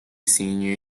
senior